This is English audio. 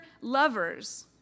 lovers